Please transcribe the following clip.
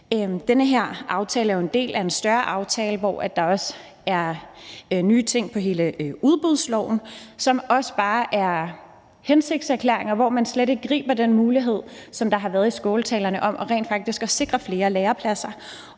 Den her aftale er jo en del af en større aftale, hvor der også er nye ting i udbudsloven, og det er også bare hensigtserklæringer, hvor man slet ikke griber den mulighed, som der har været i skåltalerne, om rent faktisk at sikre flere lærepladser